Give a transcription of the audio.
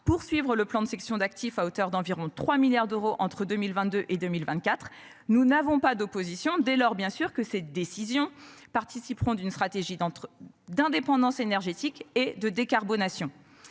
poursuivre le plan de sections d'actifs à hauteur d'environ 3 milliards d'euros entre 2022 et 2024 nous n'avons pas d'opposition dès lors bien sûr que cette décision participeront d'une stratégie d'entre d'indépendance énergétique et de décarbonation,